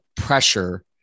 pressure